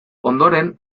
ondoren